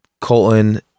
Colton